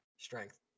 Strength